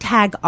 Tag